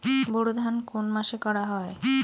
বোরো ধান কোন মাসে করা হয়?